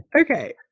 Okay